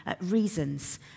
reasons